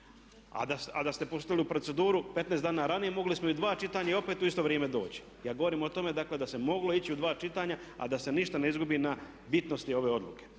A da ste pustili u proceduru 15 dana ranije mogli smo i dva čitanja i opet u isto vrijeme doći, Ja govorim o tome dakle da se moglo ići u dva čitanja a da se ništa ne izgubi na bitnosti ove odluke.